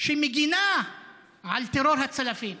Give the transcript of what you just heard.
שמגינה על טרור הצלפים?